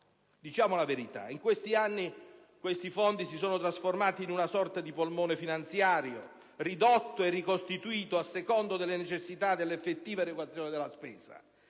Diciamo la verità, in questi anni tali fondi si sono trasformati in una sorta di polmone finanziario, ridotto o ricostituito a secondo delle necessità della effettiva erogazione della spesa.